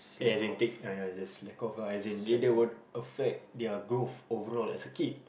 yeah as in take yeah then I just slack off ah as in they they would affect their growth overall as a kid